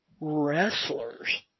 wrestlers